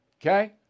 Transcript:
okay